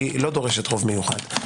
היא לא דורשת רוב מיוחד.